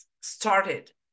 started